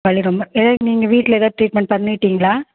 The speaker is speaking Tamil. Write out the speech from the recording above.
வலி ரொம்ப எதாவது நீங்கள் வீட்டில் எதா ட்ரீட்மெண்ட் பண்ணிவிட்டிங்களா